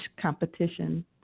competition